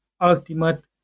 ultimate